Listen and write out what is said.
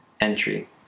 entry